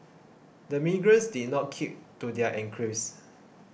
the migrants did not keep to their enclaves